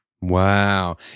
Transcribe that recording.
wow